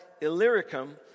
Illyricum